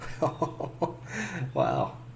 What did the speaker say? wow